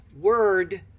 word